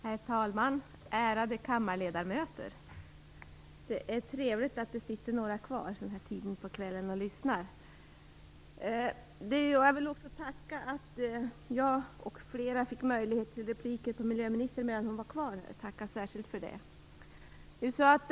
Herr talman! Ärade kammarledamöter! Det är trevligt att några sitter kvar och lyssnar vid den här tiden på kvällen. Jag vill också särskilt tacka för att jag m.fl. fick möjlighet till repliker på miljöministern medan hon var kvar här i kammaren.